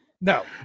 no